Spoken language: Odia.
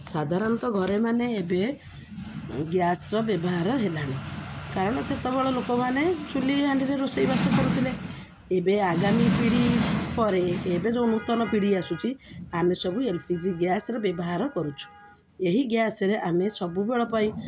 ସାଧାରଣତଃ ଘର ମାନେ ଏବେ ଗ୍ୟାସର ବ୍ୟବହାର ହେଲାଣିି କାରଣ ସେତେବେଳେ ଲୋକମାନେ ଚୁଲି ହାଣ୍ଡିରେ ରୋଷେଇବାସ କରୁଥିଲେ ଏବେ ଆଗାମୀ ପିଢ଼ି ପରେ ଏବେ ଯୋଉ ନୂତନ ପିଢ଼ି ଆସୁଛି ଆମେ ସବୁ ଏଲ୍ ପି ଜି ଗ୍ୟାସ୍ର ବ୍ୟବହାର କରୁଛୁ ଏହି ଗ୍ୟାସରେ ଆମେ ସବୁବେଳ ପାଇଁ